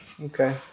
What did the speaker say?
Okay